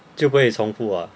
就不会重复啊